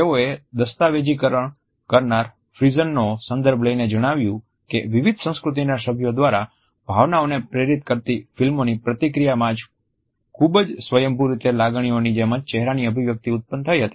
તેઓએ દસ્તાવેજીકરણ કરનાર ફ્રિઝનનો સંદર્ભ લઈને જણાવ્યું કે વિવિધ સંસ્કૃતિના સભ્યો દ્વારા ભાવનાઓને પ્રેરિત કરતી ફિલ્મોની પ્રતિક્રિયામાં ખૂબજ સ્વયંભૂ રીતે લાગણીઓની જેમજ ચહેરાની અભિવ્યક્તિ ઉત્પન્ન થઇ હતી